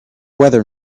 weather